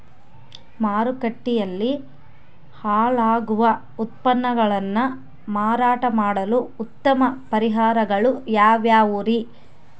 ಮಾರುಕಟ್ಟೆಯಲ್ಲಿ ಹಾಳಾಗುವ ಉತ್ಪನ್ನಗಳನ್ನ ಮಾರಾಟ ಮಾಡಲು ಉತ್ತಮ ಪರಿಹಾರಗಳು ಯಾವ್ಯಾವುರಿ?